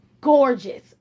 gorgeous